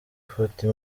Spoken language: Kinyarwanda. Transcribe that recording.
foto